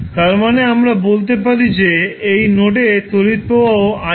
তার মানে আমরা বলতে পারি যে এই নোডে তড়িৎ প্রবাহ iR